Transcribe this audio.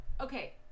Okay